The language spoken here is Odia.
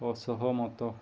ଅସହମତ